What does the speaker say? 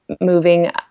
moving